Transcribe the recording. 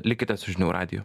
likite su žinių radiju